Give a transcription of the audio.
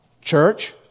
Church